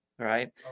right